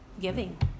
giving